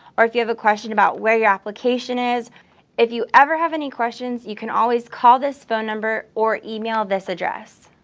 or if you have a question about where your application is if you ever have any questions you can always call this phone number or email this address.